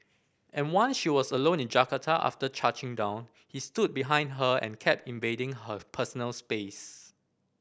and one she was alone in Jakarta after down he stood behind her and kept invading her personal space